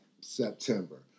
September